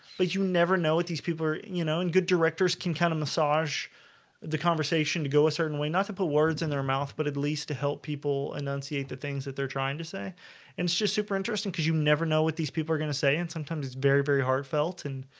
but you never know what these people are, you know good directors can kind of massage the conversation to go a certain way not to put words in their mouth but at least to help people enunciate the things that they're trying to say and it's just super interesting because you never know what these people are gonna say and sometimes it's very very heartfelt and